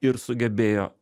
ir sugebėjo